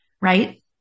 right